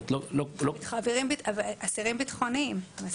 אסירים ביטחוניים.